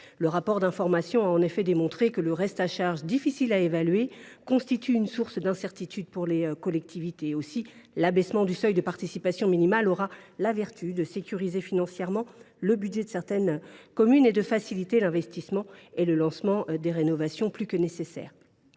Le rapport d’information a en effet démontré que le reste à charge, difficile à évaluer, constitue une source d’incertitude pour les collectivités. Aussi, l’abaissement du seuil de participation minimale aura la vertu de sécuriser financièrement le budget de certaines communes et de faciliter l’investissement et le lancement plus que nécessaire